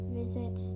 visit